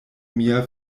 mia